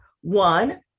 One